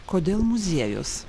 kodėl muziejus